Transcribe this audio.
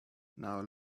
now